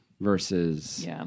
versus